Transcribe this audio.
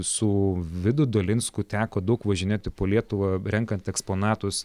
su vydu dolinsku teko daug važinėti po lietuvą renkant eksponatus